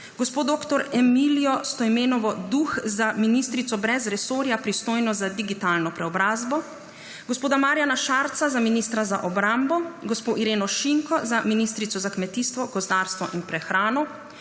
gospo dr. Emilijo Stojmenovo Duh za ministrico brez resorja, pristojno za digitalno preobrazbo, gospoda Marjana Šarca za ministra za obrambo, gospo Ireno Šinko za ministrico za kmetijstvo, gozdarstvo in prehrano,